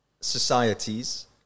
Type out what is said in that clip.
societies